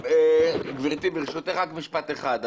גברתי ברשותך רק משפט אחד.